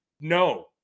No